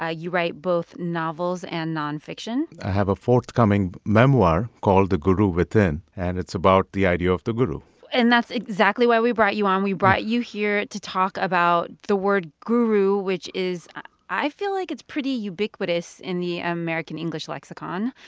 ah you write both novels and nonfiction i have a forthcoming memoir called the guru within, and it's about the idea of the guru and that's exactly why we brought you on. we brought you here to talk about the word guru, which is i feel like it's pretty ubiquitous in the american-english lexicon.